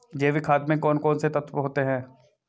जैविक खाद में कौन कौन से तत्व होते हैं?